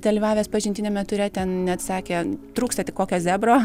dalyvavęs pažintiniame ture ten net sakė trūksta tik kokio zebro